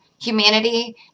Humanity